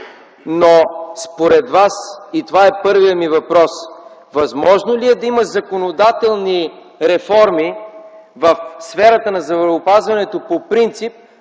Но, според Вас – и това е първият ми въпрос – възможно ли е да има законодателни реформи в сферата на здравеопазването по принцип,